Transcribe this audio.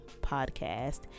podcast